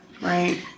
Right